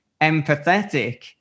empathetic